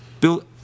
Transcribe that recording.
Bill